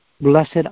Blessed